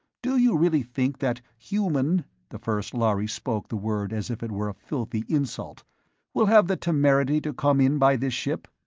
do you really think that human the first lhari spoke the word as if it were a filthy insult will have the temerity to come in by this ship?